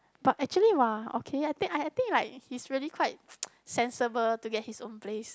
but actually !wah! okay I think I I think like he's really quite sensible to get his own place